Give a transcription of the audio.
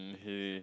okay